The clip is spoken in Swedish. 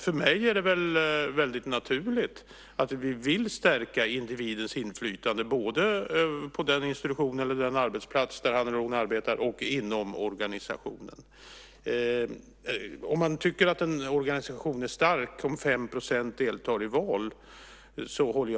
För mig är det naturligt att vi vill stärka individens inflytande både på den institution eller den arbetsplats där han eller hon arbetar och inom organisationen. Om man tycker att en organisation är stark om 5 % deltar i val så kan jag inte hålla med om det.